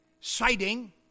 citing